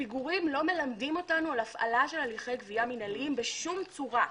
הפיגורים לא מלמדים אותנו על הפעלת הליכי גבייה מינהליים בשום צורה.